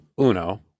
Uno